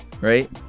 Right